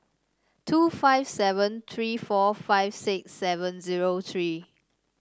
two five seven tree four five six seven zero tree